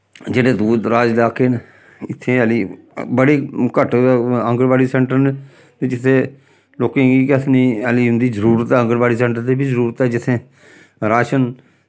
जेह्ड़े दूर दराज लाके न इत्थै हल्ली बड़े घट्ट आंगनबाड़ी सैंटर न कि जित्थै लोकें गी केह् आखदे नी हल्ली उं'दी जरूरत ऐ आंगनबाड़ी सैंटर दी बी जरूरत ऐ जित्थै राशन